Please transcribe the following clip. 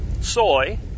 soy